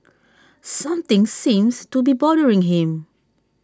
something seems to be bothering him